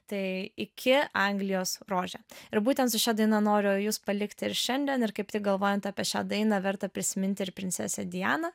tai iki anglijos rože ir būtent su šia daina noriu jus palikti ir šiandien ir kaip tik galvojant apie šią dainą verta prisiminti ir princesę dianą